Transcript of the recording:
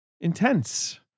intense